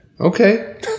Okay